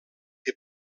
que